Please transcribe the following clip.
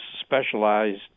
specialized